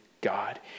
God